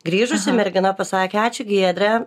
grįžusi mergina pasakė ačiū giedre